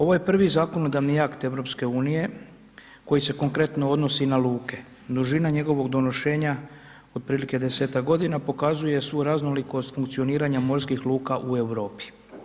Ovo je prvi zakonodavni akt EU, koji se konkretno odnosi na luke, dužina njegovog donošenja otprilike 10-tak godina, pokazuje svu raznolikost funkcioniranja morskih luka u Europi.